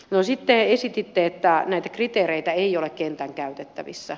sitten esititte että näitä kriteereitä ei ole kentän käytettävissä